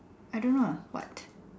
I don't know what